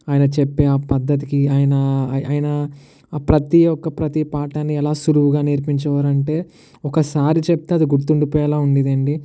ఆయన చెప్పే ఆ పద్దతికి ఆయన ఆయన ప్రతీ ఒక్క ప్రతీ పాఠాన్ని ఎలా సులువుగా నేర్పించే వారంటే ఒకసారి చెప్తే అది గుర్తుండిపోయేలా ఉండేది అండి